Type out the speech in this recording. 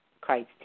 Christ